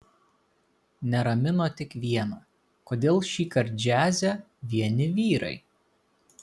neramino tik viena kodėl šįkart džiaze vieni vyrai